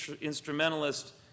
instrumentalist